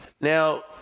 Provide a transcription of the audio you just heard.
Now